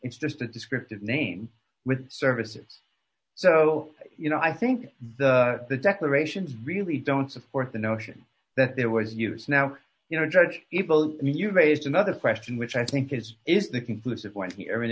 it's just a descriptive name with services so you know i think the declarations really don't support the notion that there was use now you know judge evil i mean you've raised another question which i think is is the conclusive one here